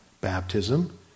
Baptism